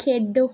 खेढो